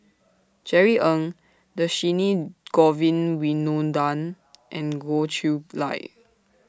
Jerry Ng Dhershini Govin Winodan and Goh Chiew Lye